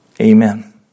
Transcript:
Amen